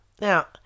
Now